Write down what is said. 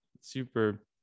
super